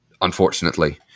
unfortunately